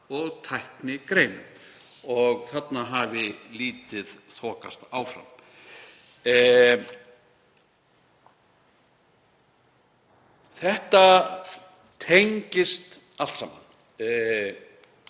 og tæknigreinum. Þarna hafi lítið þokast áfram. Þetta tengist allt saman